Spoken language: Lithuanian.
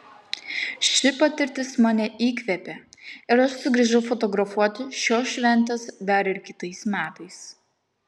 ši patirtis mane įkvėpė ir aš sugrįžau fotografuoti šios šventės dar ir kitais metais